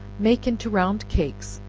make into round cakes,